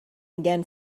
again